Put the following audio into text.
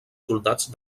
soldats